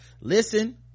listen